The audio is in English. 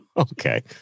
Okay